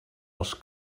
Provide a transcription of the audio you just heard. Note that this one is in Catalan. els